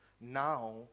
Now